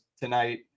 tonight